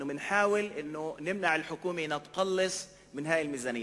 אנו מנסים למנוע מהממשלה לצמצם תקציב זה.)